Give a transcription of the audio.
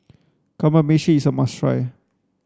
kamameshi is a must try